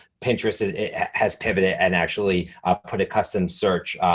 pinterest has has pivoted and actually put a custom search,